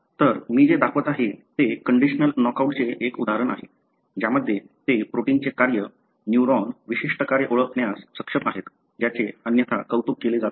तर मी जे दाखवत आहे ते कंडिशनल नॉकआउटचे एक उदाहरण आहे ज्यामध्ये ते प्रोटीनचे कार्य न्यूरॉन विशिष्ट कार्य ओळखण्यास सक्षम आहेत ज्याचे अन्यथा कौतुक केले जात नाही